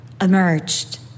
emerged